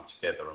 together